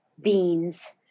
beans